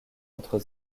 entre